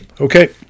okay